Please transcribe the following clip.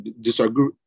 disagree